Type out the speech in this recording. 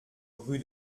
rue